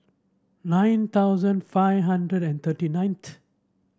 nine thousand five hundred and thirty nineth